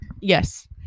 yes